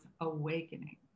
awakening